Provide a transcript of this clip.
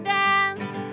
dance